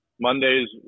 Mondays